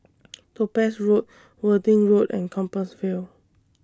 Topaz Road Worthing Road and Compassvale